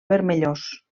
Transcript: vermellós